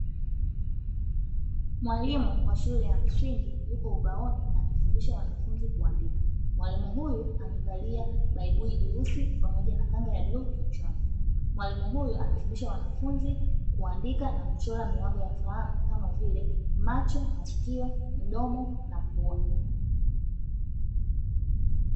Mwalimu wa shule ya msingi yupo ubaoni akiwafundisha wanafunzi kuandika. Mwalimu huyu amevalia baibui nyeusi pamoja na kanga ya bluu kichwani. Mwalimu huyu, anafundisha wanafunzi kuandika na kuchora milango ya fahamu kama vile macho, masikio, mdomo, na pua.